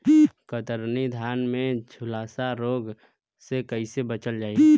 कतरनी धान में झुलसा रोग से कइसे बचल जाई?